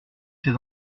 ces